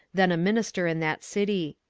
then a minister in that city.